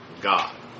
God